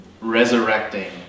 resurrecting